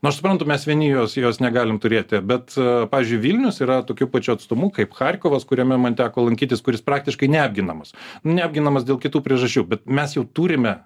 nu aš suprantu vieni jos jos negalim turėti bet pavyzdžiui vilnius yra tokiu pačiu atstumu kaip charkovas kuriame man teko lankytis kuris praktiškai neapginamas neapginamas dėl kitų priežasčių bet mes jau turime